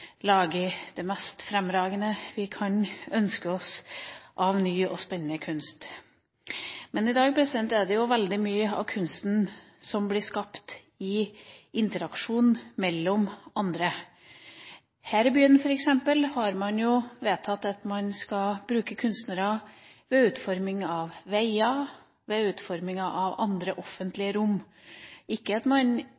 i sitt atelier lager det mest fremragende vi kan ønske oss av ny og spennende kunst. Men i dag er det veldig mye av kunsten som blir skapt i interaksjon med andre. Her i byen f.eks. har man vedtatt at man skal bruke kunstnere ved utforming av veier og ved utforming av andre